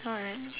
alright